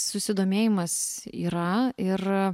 susidomėjimas yra ir